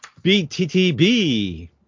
BTTB